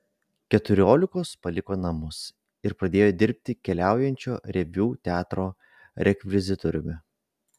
keturiolikos paliko namus ir pradėjo dirbti keliaujančio reviu teatro rekvizitoriumi